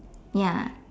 ya